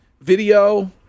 video